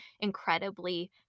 incredibly